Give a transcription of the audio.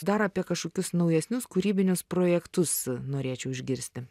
dar apie kažkokius naujesnius kūrybinius projektus norėčiau išgirsti